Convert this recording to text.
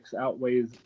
outweighs